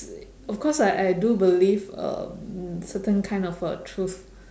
of course I I do believe uh certain kind of a truth